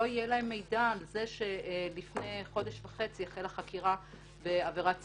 יהיה להם מידע שלפני חודש וחצי החלה חקירה בעבירת סמים,